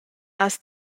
has